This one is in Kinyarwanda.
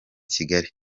kigali